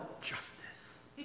justice